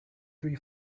three